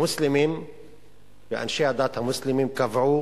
המוסלמים ואנשי הדת המוסלמים קבעו